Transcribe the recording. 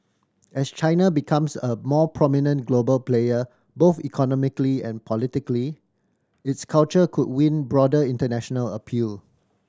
as China becomes a more prominent global player both economically and politically its culture could win broader international appeal